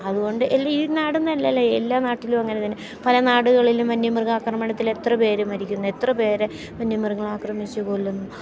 അതുകൊണ്ട് എല്ലാ ഈ നാടെന്നല്ല എല്ലാ നാട്ടിലും അങ്ങനെ തന്നെ പല നാടുകളിലും വന്യമൃഗ ആക്രമണത്തിലെത്ര പേർ മരിക്കുന്നു എത്ര പേരെ വന്യമൃഗങ്ങൾ ആക്രമിച്ച് കൊല്ലുന്നു